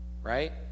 right